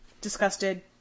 disgusted